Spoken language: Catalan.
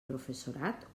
professorat